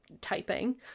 typing